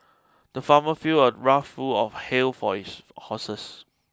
the farmer filled a trough full of hay for his horses